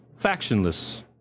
factionless